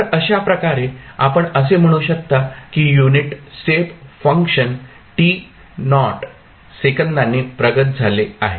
तर अशा प्रकारे आपण असे म्हणू शकता की unit step function t naught सेकंदांनी प्रगत झाले आहे